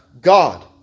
God